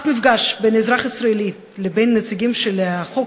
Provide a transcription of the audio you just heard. אף מפגש בין אזרח ישראלי לבין נציגים של החוק,